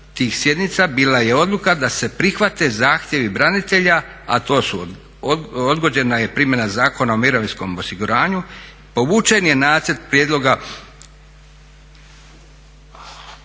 bila je odluka da se prihvate zahtjevi branitelja, a to su odgođena je primjena Zakona o mirovinskom osiguranju, povučen je nacrt prijedloga